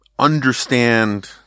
understand